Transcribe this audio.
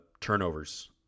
turnovers